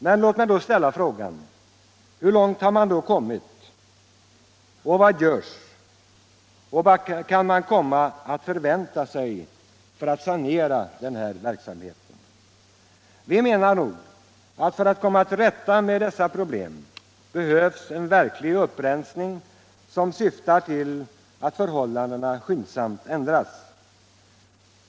Men låt mig då ställa frågan: Hur långt har man kommit, vad görs och vad kan vi förvänta oss när det gäller att sanera den här verksamheten? Vi menar att för att man skall komma till rätta med dessa problem behövs en verklig upprensning som syftar till att förhållandena skyndsamt ändras.